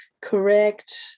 correct